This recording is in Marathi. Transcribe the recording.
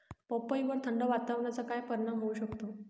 पपईवर थंड वातावरणाचा काय परिणाम होऊ शकतो?